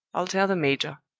i'll tell the major.